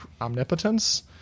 omnipotence